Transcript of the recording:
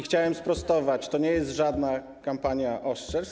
Chciałem sprostować: to nie jest żadna kampania oszczerstw.